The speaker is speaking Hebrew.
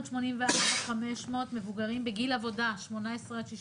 784,500 מבוגרים בגיל עבודה, 18 64,